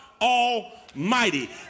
Almighty